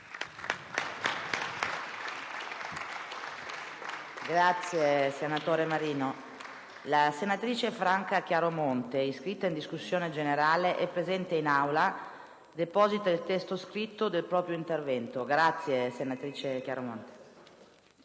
finestra"). La senatrice Franca Chiaromonte, iscritta a parlare in discussione generale e presente in Aula, deposita il testo scritto del proprio intervento. Grazie, senatrice Chiaromonte.